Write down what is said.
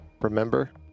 remember